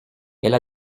elle